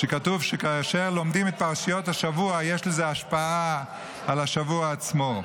כתוב שכאשר לומדים את פרשיות השבוע יש לזה השפעה על השבוע עצמו.